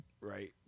Right